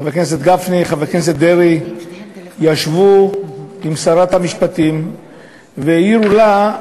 חבר הכנסת גפני וחבר הכנסת דרעי ישבו עם שרת המשפטים והעירו לה,